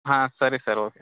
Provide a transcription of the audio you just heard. ಹಾಂ ಸರಿ sir okay